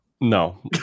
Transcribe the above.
No